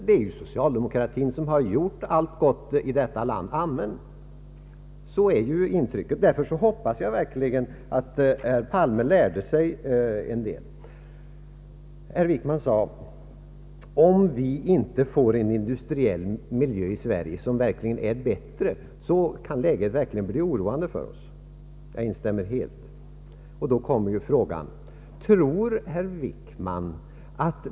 Det är socialdemokratin som gjort allt gott i detta land — amen. Det intrycket får man.